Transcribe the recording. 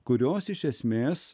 kurios iš esmės